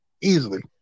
easily